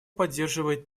поддерживает